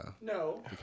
no